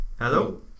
Hello